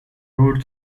road